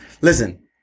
listen